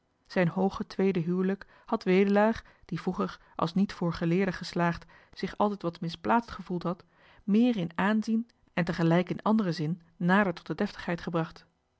zijn hooge tweedehuwelijk had wedelaar die vroeger als niet voor geleerde geslaagd zich altijd wat misplaatst gevoeld had meer in aanzien en tegelijk in anderen zin nader tot de